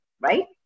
right